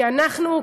כי אנחנו,